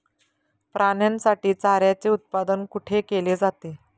प्राण्यांसाठी चाऱ्याचे उत्पादन कुठे केले जाते?